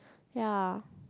ya